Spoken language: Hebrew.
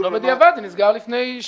הוא לא בדיעבד, זה נסגר לפני שבועיים-שלושה.